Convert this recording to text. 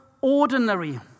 ordinary